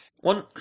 One